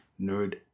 Nerd